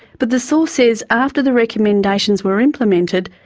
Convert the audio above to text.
but the source says after the recommendations were implemented,